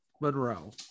Monroe